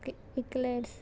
इ इकर्लेस